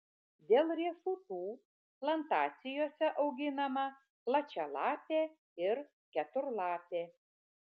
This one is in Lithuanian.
dėl riešutų plantacijose auginama plačialapė ir keturlapė